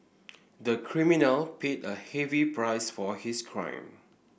the criminal paid a heavy price for his crime